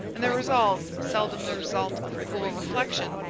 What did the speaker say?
and their resolves seldom the result of cool reflection,